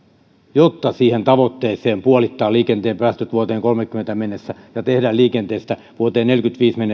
jotta päästään siihen tavoitteeseen puolittaa liikenteen päästöt vuoteen kolmessakymmenessä mennessä ja tehdä liikenteestä vuoteen neljässäkymmenessäviidessä